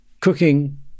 cooking